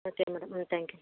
okay madam ம் thank you